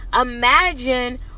imagine